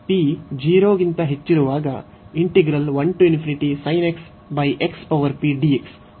p 0 ಗಿಂತ ಹೆಚ್ಚಿರುವಾಗ ಒಮ್ಮುಖವಾಗಿದೆ